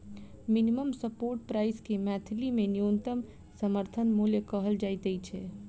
minimum support price के मैथिली मे न्यूनतम समर्थन मूल्य कहल जाइत छै